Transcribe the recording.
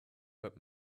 but